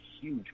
huge